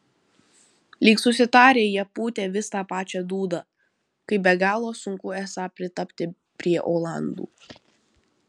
lyg susitarę jie pūtė vis tą pačią dūdą kaip be galo sunku esą pritapti prie olandų